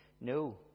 No